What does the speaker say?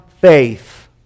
faith